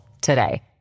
today